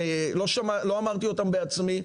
לא אמרתי אותם בעצמי,